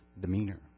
demeanor